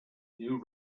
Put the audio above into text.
new